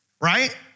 right